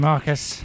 Marcus